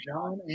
John